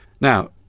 Now